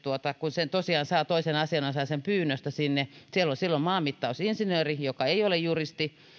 kun tosiaan saa toisen asianosaisen pyynnöstä sinne siellä on silloin maanmittausinsinööri joka ei ole juristi